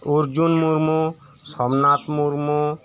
Arjun Murmu Somnath Murmu